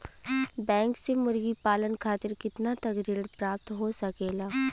Bank से मुर्गी पालन खातिर कितना तक ऋण प्राप्त हो सकेला?